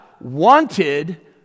wanted